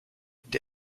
the